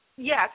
Yes